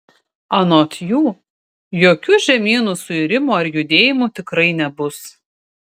anot jų jokių žemynų suirimų ar judėjimų tikrai nebus